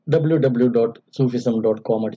www.sufism.com